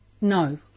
No